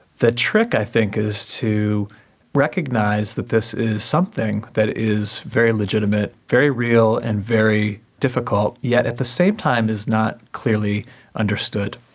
the trick i think it is to recognise that this is something that is very legitimate, very real, and very difficult, yet at the same time is not clearly understood.